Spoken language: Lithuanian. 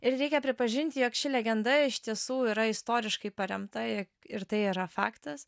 ir reikia pripažinti jog ši legenda iš tiesų yra istoriškai paremta ir tai yra faktas